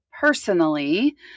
personally